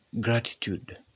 gratitude